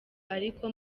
ariko